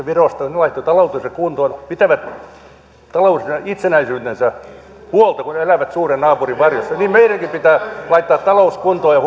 virosta ne laittoivat taloutensa kuntoon pitävät taloutensa itsenäisyydestä huolta kun elävät suuren naapurin varjossa niin meidänkin pitää laittaa talous kuntoon ja